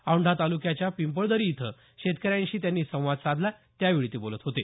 औंढा तालुक्याच्या पिंपळदरी इथं शेतकऱ्यांशी त्यांनी संवाद साधला त्यावेळी ते बोलत होते